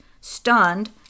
stunned